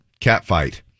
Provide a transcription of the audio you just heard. catfight